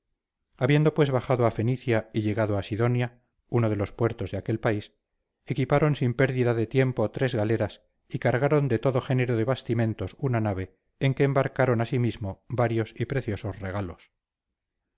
habiendo pues bajado a fenicia y llegado a sidonia uno de los puertos de aquel país equiparon sin pérdida de tiempo tres galeras y cargaron de todo género de bastimentos una nave en que embarcaron asimismo varios y preciosos regalos